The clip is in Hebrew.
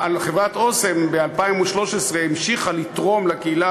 ב-2013 חברת "אסם" המשיכה לתרום לקהילה